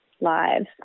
lives